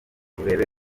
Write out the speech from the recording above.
urebe